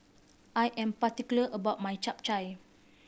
I am particular about my Chap Chai